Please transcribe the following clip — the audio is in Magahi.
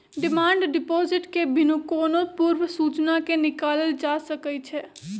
डिमांड डिपॉजिट के बिनु कोनो पूर्व सूचना के निकालल जा सकइ छै